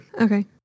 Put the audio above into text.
Okay